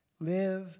Live